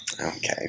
Okay